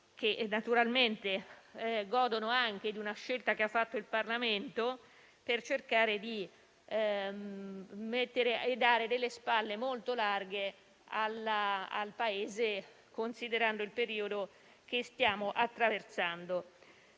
che naturalmente sono anche il frutto della scelta che ha fatto il Parlamento per cercare di offrire delle spalle molto larghe al Paese, considerando il periodo che stiamo attraversando.